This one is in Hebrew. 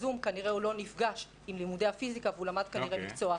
כנראה לא נפגש עם לימודי הפיסיקה ולמד כנראה מקצוע אחר.